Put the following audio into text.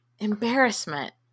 embarrassment